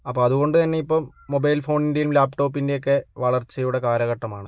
അപ്പോൾ അതുകൊണ്ട് തന്നെ ഇപ്പം മൊബൈല് ഫോണിന്റെയും ലാപ്ടോപ്പിന്റെ ഒക്കെ വളര്ച്ചയുടെ കാലഘട്ടമാണ്